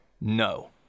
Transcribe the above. No